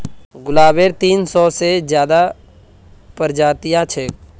गुलाबेर तीन सौ से ज्यादा प्रजातियां छेक